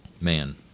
Man